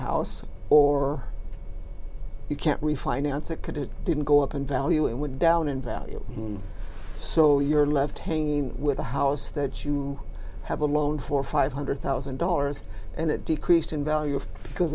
house or you can't refinance it could it didn't go up in value and would down in value so you're left hanging with the house that you have a loan for five hundred thousand dollars and it decreased in value because